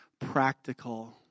practical